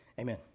Amen